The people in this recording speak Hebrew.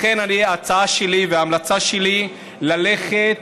לכן, ההצעה שלי וההמלצה שלי: ללכת